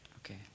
Okay